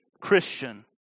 Christian